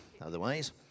otherwise